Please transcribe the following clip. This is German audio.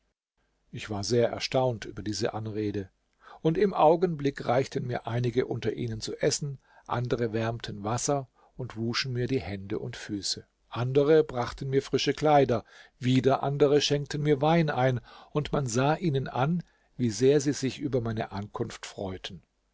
ich war sehr erstaunt über diese anrede und im augenblick reichten mir einige unter ihnen zu essen andere wärmten wasser und wuschen mir die hände und füße andere brachten mir frische kleider wieder andere schenkten mir wein ein und man sah ihnen an wie sehr sie sich über meine ankunft freuten